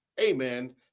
amen